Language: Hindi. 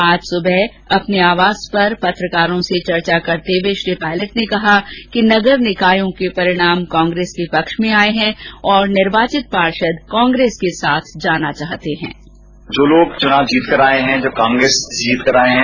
आज सुबह अपने आवास पर पत्रकारों से चर्चा करते हुए श्री पायलट ने कहा कि नगर निकायों के परिणाम कांग्रेस र्क पक्ष में आए हैं और निर्वाचित पार्षद कांग्रेस के साथ जाना चाहते हैं